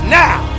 now